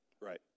Right